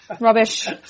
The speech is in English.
rubbish